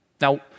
Now